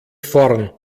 vorn